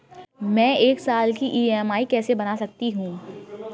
मैं एक साल की ई.एम.आई कैसे बना सकती हूँ?